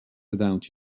without